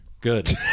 good